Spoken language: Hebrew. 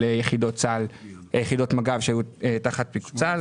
על יחידות מג"ב שהיו תחת פיקוד צה"ל.